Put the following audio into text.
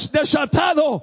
desatado